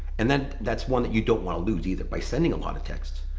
and then that's one that you don't wanna lose either, by sending a lot of texts.